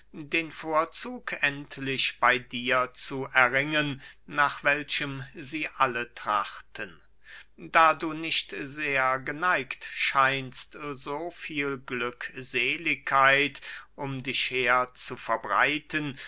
den vorzug endlich bey dir zu erringen nach welchem sie alle trachten da du nicht sehr geneigt scheinst so viel glückseligkeit um dich her zu verbreiten